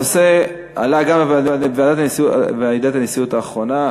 הנושא עלה גם בישיבת הנשיאות האחרונה.